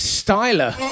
styler